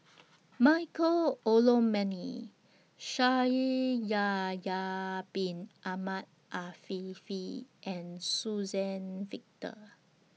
Michael Olcomendy Shaikh Yahya Bin Ahmed Afifi and Suzann Victor